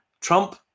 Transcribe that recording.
Trump